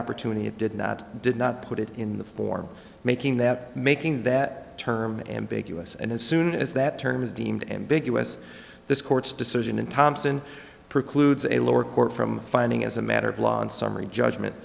opportunity it did not did not put it in the form making that making that term ambiguous and as soon as that term is deemed ambiguous this court's decision in thompson precludes a lower court from finding as a matter of law on summary judgment